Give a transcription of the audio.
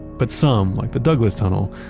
but some, like the douglas tunnel,